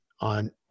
on